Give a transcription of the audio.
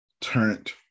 turned